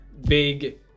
big